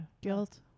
Guilt